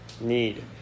need